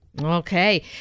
Okay